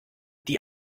die